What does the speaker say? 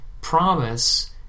promise